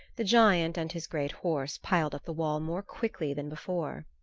the giant and his great horse piled up the wall more quickly than before.